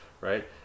right